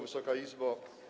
Wysoka Izbo!